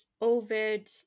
Ovid